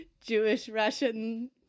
Jewish-Russian